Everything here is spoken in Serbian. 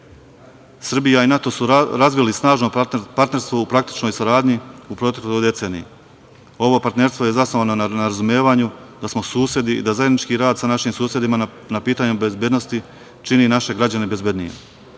i NATO su razvili snažno partnerstvo u praktičnoj saradnji u protekloj deceniji. Ovo partnerstvo je zasnovano na razumevanju da smo susedi, da zajednički rad sa našim susedima na pitanju bezbednosti čini naše građane bezbednijim. Godine